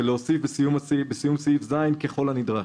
ולהוסיף בסיפה של פסקת משנה (ז): "ככל הנדרש".